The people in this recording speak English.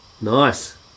Nice